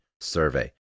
survey